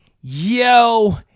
yo